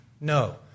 No